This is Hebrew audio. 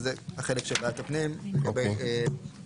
שזה החלק של ועדת הפנים לגבי מיזמים